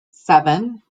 seven